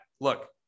Look